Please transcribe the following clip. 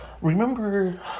remember